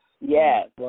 Yes